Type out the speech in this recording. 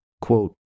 quote